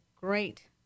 great